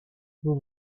vous